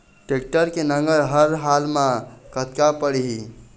Tractor के नांगर हर हाल मा कतका पड़िही?